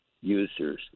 users